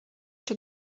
czy